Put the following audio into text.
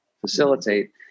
facilitate